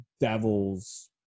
Devils